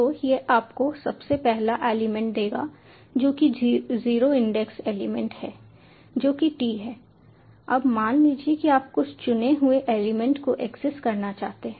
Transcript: तो यह आपको सबसे पहला एलिमेंट देगा जो कि जीरो इंडेक्स एलिमेंट है जो कि t है अब मान लीजिए कि आप कुछ चुने हुए एलिमेंट को एक्सेस करना चाहते हैं